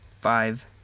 five